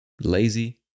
Lazy